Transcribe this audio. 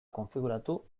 konfiguratu